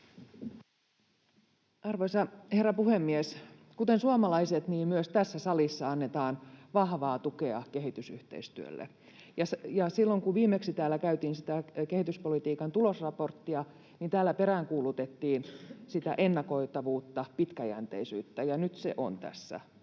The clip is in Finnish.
Arvoisa herra puhemies! Kuten suomalaiset yleensä, myös tässä salissa annetaan vahvaa tukea kehitysyhteistyölle, ja silloin kun viimeksi täällä käytiin läpi sitä kehityspolitiikan tulosraporttia, täällä peräänkuulutettiin sitä ennakoitavuutta, pitkäjänteisyyttä, ja nyt se on tässä.